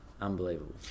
unbelievable